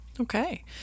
Okay